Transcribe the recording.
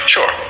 Sure